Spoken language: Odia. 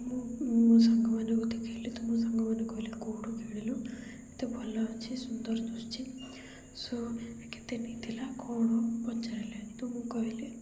ମୁଁ ମୋ ସାଙ୍ଗମାନଙ୍କୁ ଦେଖାଇଲିି ତ ମୋ ସାଙ୍ଗମାନେ କହିଲେ କେଉଁଠୁ କିଣିଲୁ ଏତେ ଭଲ ଅଛି ସୁନ୍ଦର ଦୁଶୁଛି ସୋ କେତେ ନେଇଥିଲା କ'ଣ ପଚାରିଲେ ତ ମୁଁ କହିଲି